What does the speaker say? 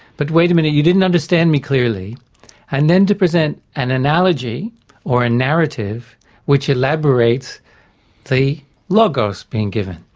but wait a minute you didn't understand me clearly and then to present an analogy or a narrative which elaborates the logos being given.